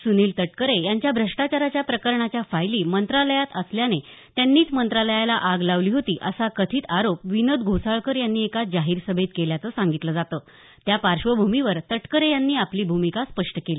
सुनील तटकरे यांच्या भ्रष्टाचाराच्या प्रकरणाच्या फायली मंत्रालयात असल्याने त्यांनीच मंत्रालयाला आग लावली होती असा कथित आरोप विनोद घोसाळकर यांनी एका जाहीर सभेत केल्याचं सांगितलं जातं त्या पार्श्वभूमीवर तटकरे यांनी आपली भूमिका स्पष्ट केली